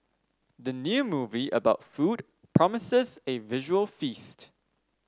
the new movie about food promises a visual feast